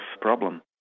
problem